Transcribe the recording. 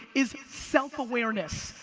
is self-awareness.